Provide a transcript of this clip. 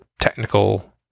technical